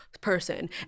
person